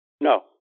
No